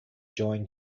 join